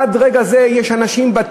עד רגע זה יש בתים,